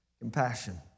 compassion